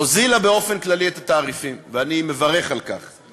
הוזילה באופן כללי את התעריפים, ואני מברך על כך.